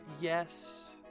yes